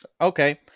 Okay